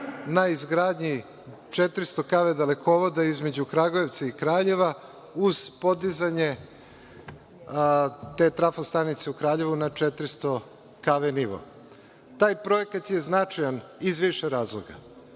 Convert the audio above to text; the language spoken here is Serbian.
na izgradnji 400 kv dalekovoda između Kragujevca i Kraljeva, uz podizanje te trafostanice u Kraljevu na 400 kv nivo. Taj projekat je značajan iz više razloga.